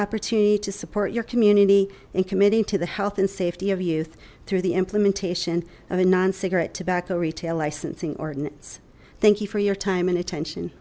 opportunity to support your community and committing to the health and safety of youth through the implementation of a non cigarette tobacco retail licensing ordinance thank you for your time and attention